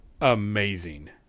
amazing